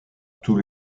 tout